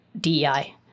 DEI